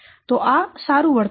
તો આ સારું વળતર છે